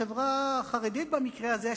בחברה החרדית במקרה הזה,